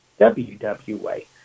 WWA